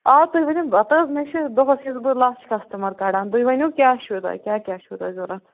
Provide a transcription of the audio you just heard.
آ تُہۍ ؤنِو ہَتہٕ حظ مےٚ چھِ دۄہَس چھَس بہٕ لچھ کسٹمر کَڑان تُہۍ ؤنِو کیٛاہ چھُو تۄہہِ کیٛاہ کیٛاہ چھُو تۄہہِ ضوٚرَتھ